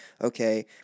Okay